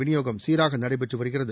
வினியோகம் சீராகநடைபெற்றுவருகிறது